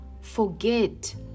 forget